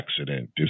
accident